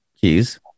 keys